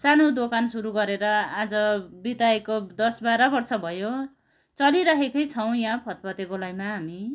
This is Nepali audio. सानो दोकान सुरु गरेर आज बिताएको दस बाह्र वर्ष भयो चलिरहेकै छौँ यहाँ फतफते गोलाईमा हामी